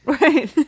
Right